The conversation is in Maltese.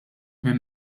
minn